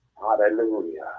Hallelujah